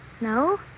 No